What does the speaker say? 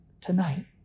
tonight